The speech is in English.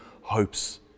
hopes